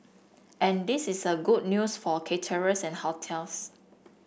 and this is a good news for caterers and hotels